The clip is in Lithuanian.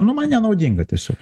nu man nenaudinga tiesiog